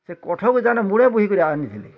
ସେ କଠଉ ତାନେ ମୁଣ୍ଡେ ବୋହି କରି ଆନି ଥିଲି